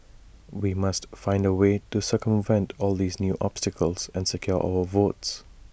we must find A way to circumvent all these new obstacles and secure our votes